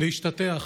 להשתטח,